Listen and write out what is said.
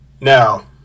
Now